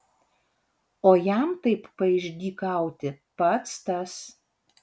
o jam taip paišdykauti pats tas